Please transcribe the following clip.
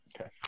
Okay